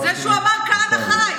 זה שהוא אמר "כהנא חי".